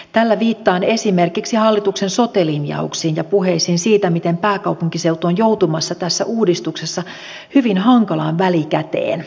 tällä viittaan esimerkiksi hallituksen sote linjauksiin ja puheisiin siitä miten pääkaupunkiseutu on joutumassa tässä uudistuksessa hyvin hankalaan välikäteen